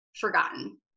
forgotten